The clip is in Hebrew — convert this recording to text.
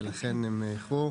ולכן הם איחרו.